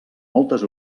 moltes